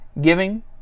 Giving